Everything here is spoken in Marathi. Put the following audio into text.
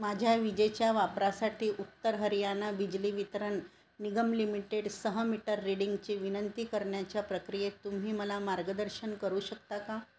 माझ्या विजेच्या वापरासाठी उत्तर हरियाणा बिजली वितरण निगम लिमिटेडसह मीटर रीडिंगची विनंती करण्याच्या प्रक्रियेत तुम्ही मला मार्गदर्शन करू शकता का